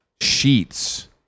sheets